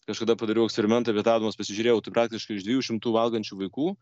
kažkada padariau eksperimentą pietaudamas pasižiūrėjau tai praktiškai už dviejų šimtų valgančių vaikų